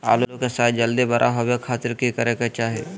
आलू के साइज जल्दी बड़ा होबे खातिर की करे के चाही?